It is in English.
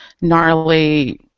gnarly